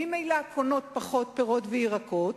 שממילא קונות פחות פירות וירקות,